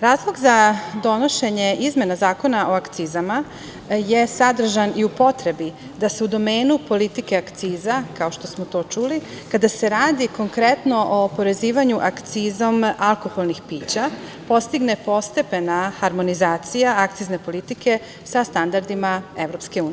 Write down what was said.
razlog za donošenje izmene Zakona o akcizama je sadržan i u potrebi da se u domenu politike akciza, kao što smo to čuli, kada se radi konkretno o oporezivanju akcizom alkoholnih pića postigne postepena harmonizacija akcizne politike sa standardima EU.